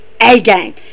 A-game